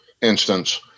instance